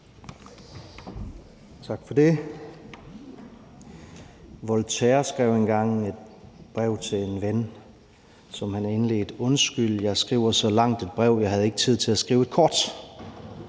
Tak for det. Voltaire skrev engang et brev til en ven, som han indledte: Undskyld, at jeg skriver så langt et brev, jeg havde ikke tid til at skrive et kort.